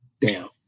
down